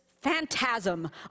phantasm